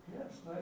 Yes